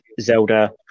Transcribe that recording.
Zelda